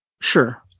Sure